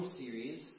series